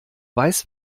weiß